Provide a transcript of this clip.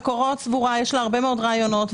למקורות יש הרבה מאוד רעיונות,